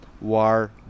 war